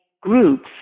groups